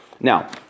now